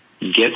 get